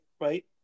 right